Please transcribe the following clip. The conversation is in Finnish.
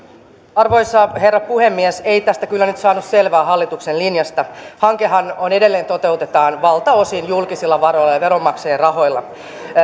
arvoisa herra puhemies ei tästä nyt saanut selvää hallituksen linjasta hankehan edelleen toteutetaan valtaosin julkisilla varoilla ja veronmaksajien rahoilla